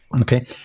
Okay